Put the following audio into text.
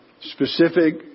specific